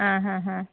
ಹಾಂ ಹಾಂ ಹಾಂ